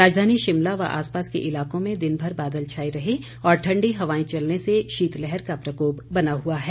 राजधानी शिमला व आसपास के इलाकों में दिनभर बादल छाए रहे और ठण्डी हवाएं चलने से शीतलहर का प्रकोप बना हुआ है